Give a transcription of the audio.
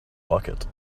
bucket